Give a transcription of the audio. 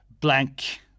blank